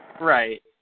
Right